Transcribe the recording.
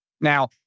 now